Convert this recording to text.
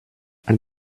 and